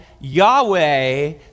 Yahweh